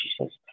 Jesus